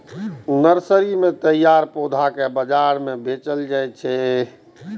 nursery मे तैयार पौधा कें बाजार मे बेचल जाइ छै